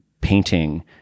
painting